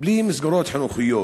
בלי מסגרות חינוכיות.